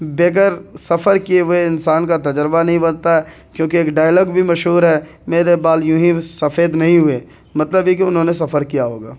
بغیر سفر کیے ہوئے انسان کا تجربہ نہیں بنتا ہے کیونکہ ایک ڈائیلاگ بھی مشہور ہے میرے بال یونہی سفید نہیں ہوئے مطلب یہ کہ انہوں نے سفر کیا ہوگا